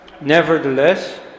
nevertheless